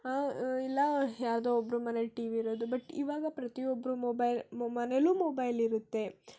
ಇಲ್ಲ ಯಾರದೋ ಒಬ್ರ ಮನೇಲಿ ಟಿ ವಿ ಇರೋದು ಬಟ್ ಇವಾಗ ಪ್ರತಿಯೊಬ್ರ ಮೊಬೈಲ್ ಮೊ ಮನೇಲೂ ಮೊಬೈಲ್ ಇರುತ್ತೆ